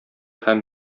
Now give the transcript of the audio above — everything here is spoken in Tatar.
һәм